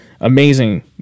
amazing